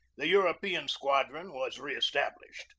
the european squadron was re-established.